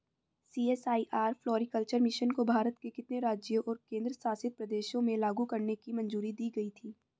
CSIR floriculture mission को भारत के कितने राज्यों और केंद्र शासित प्रदेशों में लागू करने की मंजूरी दी गई थी?